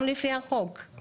גם לפי החוק.